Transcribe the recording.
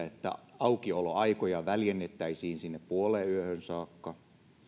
että aukioloaikoja väljennettäisiin sinne puoleenyöhön saakka